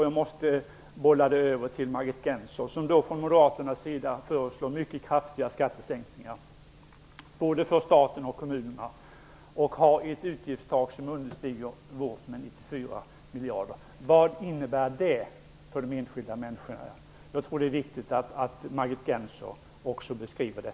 Jag måste bolla det tillbaka till Margit Gennser. Moderaterna föreslår mycket kraftiga skattesänkningar både för staten och kommunerna. De har ett utgiftstak som understiger vårt med 94 miljarder. Vad innebär det för de enskilda människorna? Jag tror det är viktigt att Margit Gennser beskriver det.